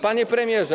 Panie Premierze!